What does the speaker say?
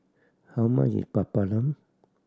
how much is Papadum